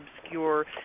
obscure